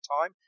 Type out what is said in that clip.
time